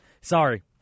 sorry